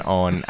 on